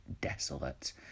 desolate